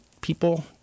people